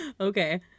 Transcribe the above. Okay